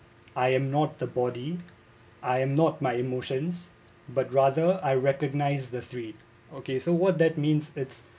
I am not the body I am not my emotions but rather I recognise the three okay so what that means it's